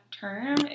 term